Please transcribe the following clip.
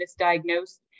misdiagnosed